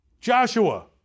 Joshua